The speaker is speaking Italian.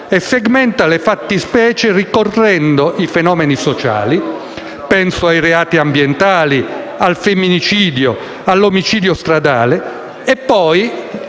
e segmenta le fattispecie rincorrendo i fenomeni sociali - pensiamo ai reati ambientali, al femminicidio, all'omicidio stradale - e poi